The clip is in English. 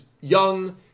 young